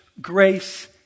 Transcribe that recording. grace